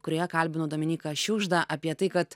kurioje kalbinu dominyką šiugždą apie tai kad